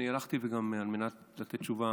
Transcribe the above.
על מנת לתת תשובה